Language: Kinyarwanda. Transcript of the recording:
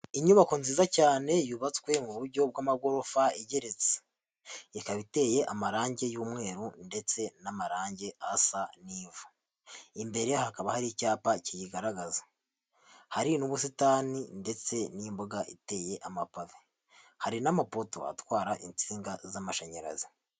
Inyubako nziza cyane yubatswe mu buryo bw'amagorofa igeretse, ikaba iteye amarangi y'umweru ndetse n'amarangi asa n'ivu, imbere hakaba hari icyapa kiyigaragaza, hari n'ubusitani ndetse n'imbuga iteye amapave, hari n'amapoto atwara insinga z'amashanyarazi.